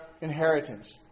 inheritance